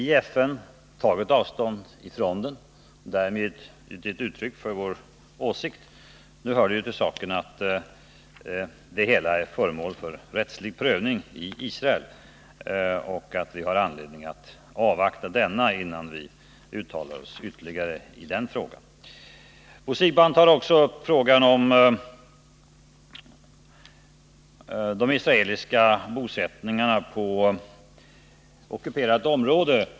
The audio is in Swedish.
Jag kan väl svara på samma sätt när det gäller Carl Lidboms fråga om vår reaktion på arresteringen av borgmästaren i Nablus. När det gäller denna incident har vi i FN tagit avstånd från den och därmed givit uttryck för vår åsikt. Nu hör det till saken att det hela är föremål för rättslig prövning i Israel. Vi har därför anledning att avvakta denna innan vi uttalar oss ytterligare i frågan. Bo Siegbahn tar också upp frågan om de israeliska bosättningarna på ockuperat område.